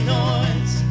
noise